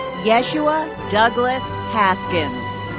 yeah yeshua douglas haskins.